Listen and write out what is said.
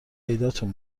پیداتون